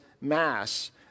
mass